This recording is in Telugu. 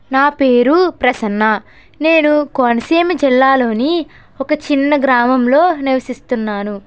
నా పేరు ప్రసన్న నేను కోనసీమ జిల్లాలోని ఒక చిన్న గ్రామంలో నివసిస్తున్నాను